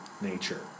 nature